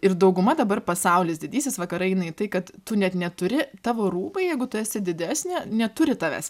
ir dauguma dabar pasaulis didysis vakarai eina į tai kad tu net neturi tavo rūbai jeigu esi didesnė neturi tavęs